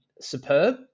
superb